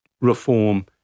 reform